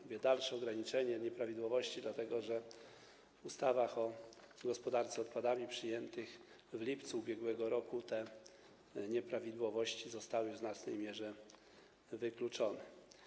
Mówię: dalsze ograniczenie nieprawidłowości, dlatego że w ustawach o gospodarce odpadami przyjętych w lipcu ub.r. te nieprawidłowości zostały w znacznej mierze wykluczone.